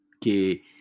que